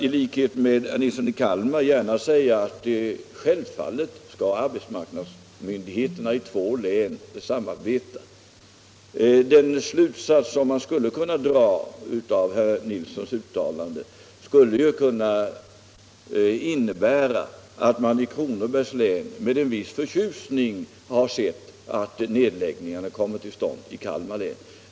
I likhet med herr Nilsson i Kalmar anser jag att arbetsmarknadsmyndigheterna i två län självfallet skall samarbeta. Slutsatsen av herr Nilssons uttalande skulle kunna innebära att man i Kronobergs län med en viss förtjusning hade sett att en nedläggning hade kommit till stånd i Kalmar län.